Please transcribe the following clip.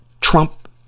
Trump